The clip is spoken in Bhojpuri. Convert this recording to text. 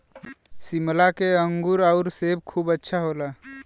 शिमला के अंगूर आउर सेब खूब अच्छा होला